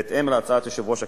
בהתאם להצעת יושב-ראש הכנסת,